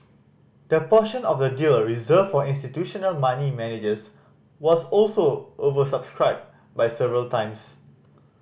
the portion of the deal reserved for institutional money managers was also oversubscribed by several times